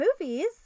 movies